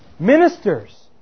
Ministers